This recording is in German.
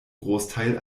großteil